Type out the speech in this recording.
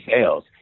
sales